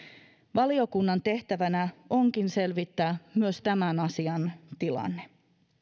valiokunnan tehtävänä onkin selvittää myös tämän asian tilanne